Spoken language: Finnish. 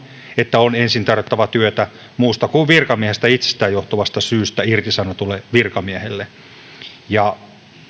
että on ensin tarjottava työtä muusta kuin virkamiehestä itsestään johtuvasta syystä irtisanotulle virkamiehelle